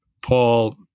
Paul